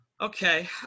Okay